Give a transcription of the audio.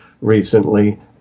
recently